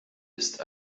ist